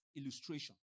illustration